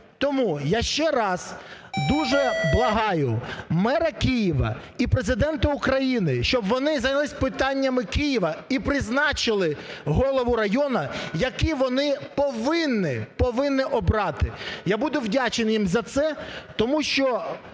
Тому я ще раз дуже благаю мера Києва і Президента України, щоб вони зайнялися питаннями Києва і призначили голову району, які вони повинні, повинні обрати. Я буду вдячний їм за це, тому що